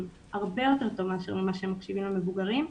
הרבה יותר טוב מאשר הם מקשיבים למבוגרים.